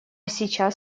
сейчас